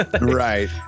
Right